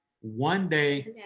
one-day